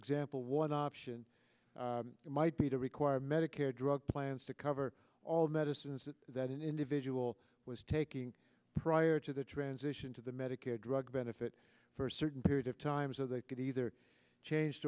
example one option might be to require medicare drug plans to cover all medicines that an individual was taking prior to the transition to the medicare drug benefit for a certain period of time so they could either change